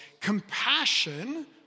Compassion